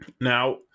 Now